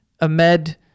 Ahmed